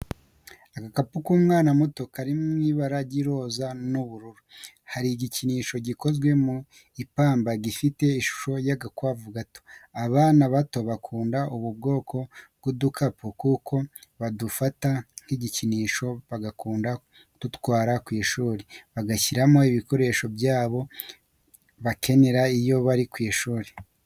Agakapu k'umwana muto kari mu ibara ry'iroza n'ubururu, hari igikinisho gikoze mu ipamba gifite ishusho y'agakwavu gatoya, abana bato bakunda ubu kwoko bw'udukapu kuko badufata nk'ibikinisho bagakunda kudutwara ku ishuri, bagashyiramo ibikoresho byabo bakenera iyo bari ku ishuri.